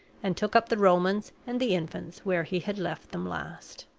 and took up the romans and the infants where he had left them last.